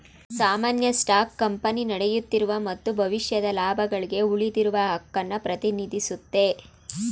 ಸಾಮಾನ್ಯ stock company ನಡೆಯುತ್ತಿರುವ ಮತ್ತು ಭವಿಷ್ಯದ ಲಾಭಗಳ್ಗೆ ಉಳಿದಿರುವ ಹಕ್ಕುನ್ನ ಪ್ರತಿನಿಧಿಸುತ್ತೆ